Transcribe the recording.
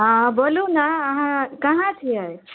हँ बोलू ने अहाँ कहाँ छियै